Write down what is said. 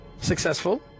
successful